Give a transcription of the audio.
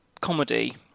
comedy